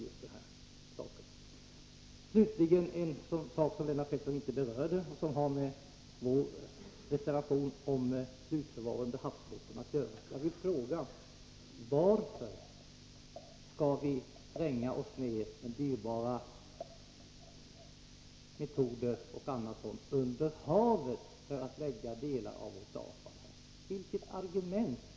Slutligen vill jag ta upp en fråga som Lennart Pettersson inte berörde och som har med vår reservation om slutförvaring under havsbotten att göra. Jag vill fråga: Varför skall vi spränga oss ned under havet, med metoder som bl.a. är dyrbara, för att lägga delar av vårt avfall där?